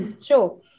Sure